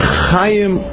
Chaim